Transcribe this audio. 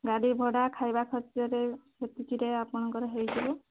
ଗାଡ଼ି ଭଡ଼ା ଖାଇବା ଖର୍ଚ୍ଚରେ ସେତିକିରେ ଆପଣଙ୍କର ହେଇଯିବ